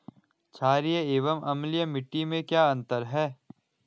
छारीय एवं अम्लीय मिट्टी में क्या अंतर है?